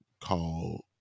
called